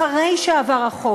אחרי שעבר החוק,